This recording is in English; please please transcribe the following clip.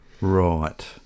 right